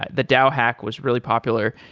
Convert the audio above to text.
ah the dao hack was really popular.